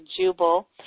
Jubal